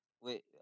wait